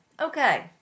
Okay